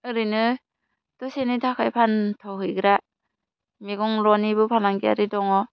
ओरैनो दसेनि थाखाय फानथ'हैग्रा मैगंल'निबो फालांगियारि दङ